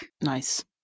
Nice